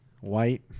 white